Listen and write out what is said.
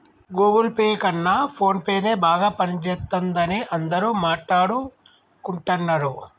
Google Pay కన్నా ఫోన్పేనే బాగా పనిజేత్తందని అందరూ మాట్టాడుకుంటన్నరు